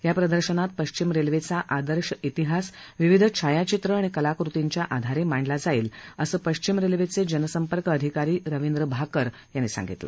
या प्रदर्शनात पश्चिम रेल्वेचा आदर्श तिहास विविध छायाचित्र आणि कलाकृतींच्या आधारे मांडला जाईल असं पश्चिम रेल्वेचे जनसंपर्क अधिकारी रविंद्र भाकर यांनी सांगितलं